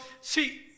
see